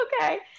okay